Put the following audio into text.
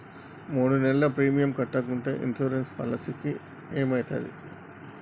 మూడు నెలలు ప్రీమియం కట్టకుంటే ఇన్సూరెన్స్ పాలసీకి ఏమైతది?